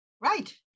Right